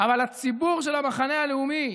אבל הציבור של המחנה הלאומי,